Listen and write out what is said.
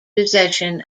possession